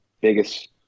biggest